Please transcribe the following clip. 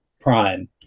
Prime